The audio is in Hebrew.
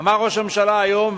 אמר ראש הממשלה היום,